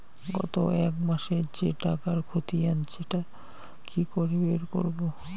গত এক মাসের যে টাকার খতিয়ান সেটা কি করে বের করব?